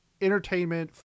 entertainment